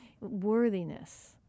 worthiness